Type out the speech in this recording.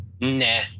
nah